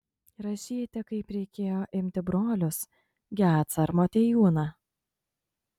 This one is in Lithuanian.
rašyti kaip reikėjo imti brolius gecą ar motiejūną